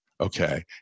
Okay